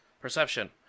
Perception